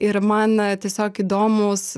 ir man tiesiog įdomūs